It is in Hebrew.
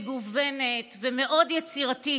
מגוונת ומאוד יצירתית,